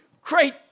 great